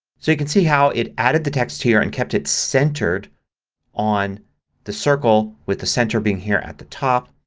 so you can see how it added the text here and kept it centered on the circle with the center being here at the top.